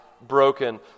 broken